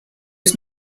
was